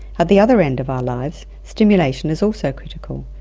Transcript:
at the other end of our lives, stimulation is also critical.